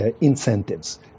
incentives